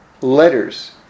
letters